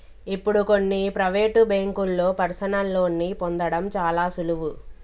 ఇప్పుడు కొన్ని ప్రవేటు బ్యేంకుల్లో పర్సనల్ లోన్ని పొందడం చాలా సులువు